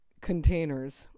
containers